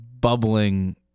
Bubbling